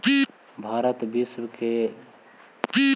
भारत विश्व में केला के दूसरा सबसे बड़ा उत्पादक हई